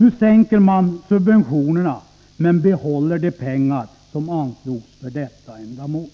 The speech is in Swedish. Nu minskar man subventionerna men behåller de pengar som anslogs för detta ändamål.